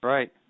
Right